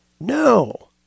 No